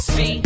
See